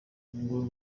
ngo